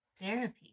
therapy